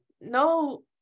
no